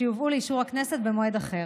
שיובאו לאישור הכנסת במועד אחר.